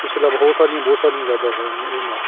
ਇਸ ਤਰ੍ਹਾਂ ਬਹੁਤ ਸਾਰੀਆਂ ਬਹੁਤ ਸਾਰੀਆਂ ਯਾਦਾਂ ਸਨ ਇਹਦੇ ਨਾਲ